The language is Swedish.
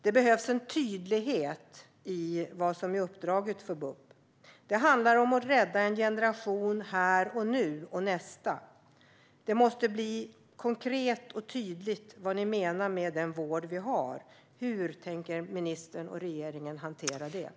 Det behövs tydlighet i vad som är uppdraget för BUP. Det handlar om att rädda en generation här och nu - och nästa. Det måste bli konkret och tydligt vad ni menar med den vård vi har. Hur tänker ministern och regeringen hantera detta?